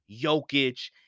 Jokic